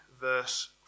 verse